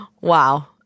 Wow